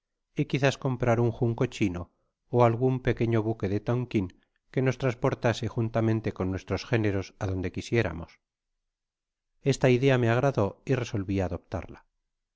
y quizás comprar un junco chino ó algun poqueno buque de tonquin que nos trasportase juntamente coa nuestros géueros adonde quisiéramos esta idea me agradó y resolvi adoptarla